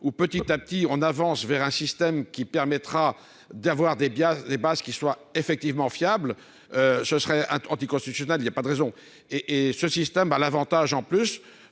où, petit à petit, on avance vers un système qui permettra d'avoir des biens des qui soient effectivement fiable, ce serait anticonstitutionnel, il y a pas de raison et et ce système a l'Avantage en plus